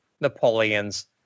Napoleon's